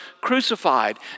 crucified